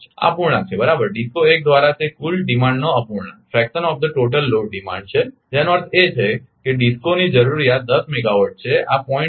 5 છે આ અપૂર્ણાંક છે બરાબર DISCO 1 દ્વારા તે કુલ ડીમાન્ડનો અપૂર્ણાંક છે જેનો અર્થ છે કે DISCO ની જરૂરિયાત 10 મેગાવાટ છે આ 0